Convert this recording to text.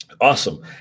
Awesome